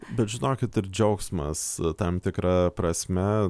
bet žinokit ir džiaugsmas tam tikra prasme